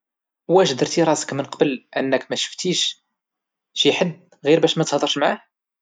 واش درتي راسك من قبل انك مشتيش شي حد غير باش متهدرش معه؟